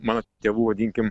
mano tėvų vadinkim